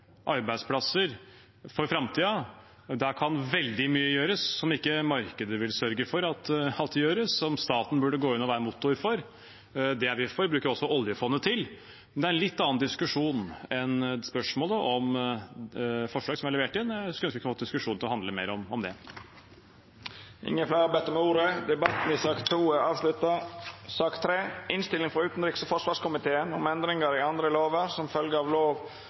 arbeidsplasser for framtiden. Der kan veldig mye gjøres som ikke markedet vil sørge for at gjøres, som staten burde gå inn og være motor for. Det er vi for, og det bruker vi også oljefondet til. Men det er en litt annen diskusjon enn spørsmålet om forslaget som jeg leverte inn, og jeg skulle ønske at vi kunne fått diskusjonen til å handle mer om det. Fleire har ikkje bedt om ordet til sak nr. 2. Etter ynske frå utanriks- og forsvarskomiteen